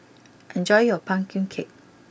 enjoy your Pumpkin Cake